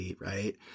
right